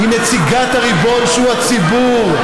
היא נציגת הריבון, שהוא הציבור,